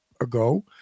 ago